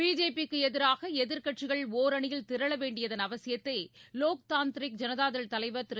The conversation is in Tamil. பிஜேபிக்கு எதிராக எதிர்க்கட்சிகள் ஒரணியில் திரளவேண்டியதன் அவசியத்தை லோக் தாந்திரிக் ஜனதா தள் தலைவர் திரு